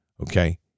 Okay